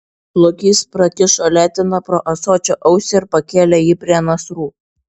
lokys prakišo leteną pro ąsočio ausį ir pakėlė jį prie nasrų